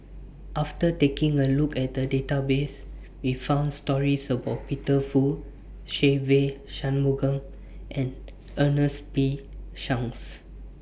after taking A Look At The Database We found stories about Peter Fu Se Ve Shanmugam and Ernest P Shanks